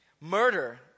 Murder